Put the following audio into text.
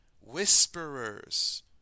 whisperers